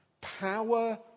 Power